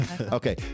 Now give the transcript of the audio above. Okay